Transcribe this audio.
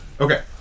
Okay